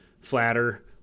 flatter